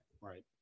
Right